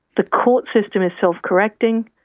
the court system is self-correcting,